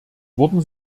wurden